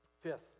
Fifth